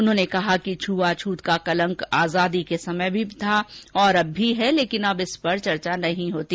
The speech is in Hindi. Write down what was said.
उन्होंने कहा कि छूआछूत का कलंक आजादी के समय भी था और अब भी है लेकिन अब इस पर चर्चा नहीं होती